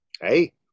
Hey